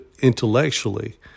intellectually